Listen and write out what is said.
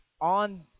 on